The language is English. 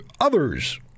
other's